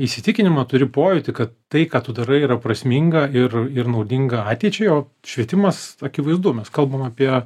įsitikinimą turi pojūtį kad tai ką tu darai yra prasminga ir ir naudinga ateičiai o švietimas akivaizdu mes kalbam apie